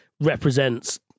represents